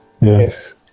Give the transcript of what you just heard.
yes